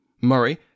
Murray